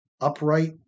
upright